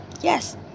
Yes